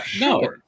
No